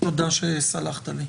תודה שסלחת לי.